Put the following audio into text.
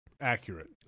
accurate